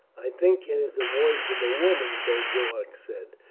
i think it is the voice of a woman, boduoc said.